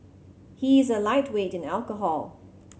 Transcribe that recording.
he is a lightweight in alcohol